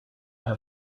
have